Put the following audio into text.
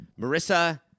Marissa